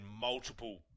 multiple